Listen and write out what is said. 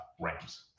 rams